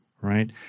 right